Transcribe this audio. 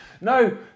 No